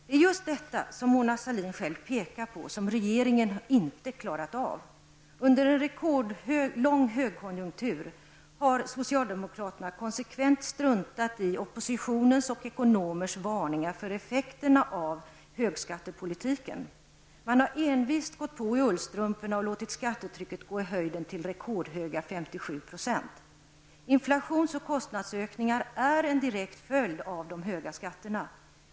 Det är just detta, som Mona Sahlin själv pekar på, som regeringen inte har klarat av. Under en rekordlång högkonjunktur har socialdemokraterna konsekvent struntat i oppositionens och ekonomers varningar för effekterna av högskattepolitiken. Man har envist gått på i ullstrumporna och låtit skattetrycket gå i höjden till rekordhöga 57 %. Inflations och kostnadsökningar är en direkt följd av de höga skatterna.